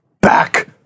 back